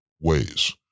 ways